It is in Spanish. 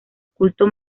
culto